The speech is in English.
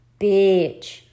bitch